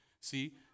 See